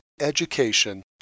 education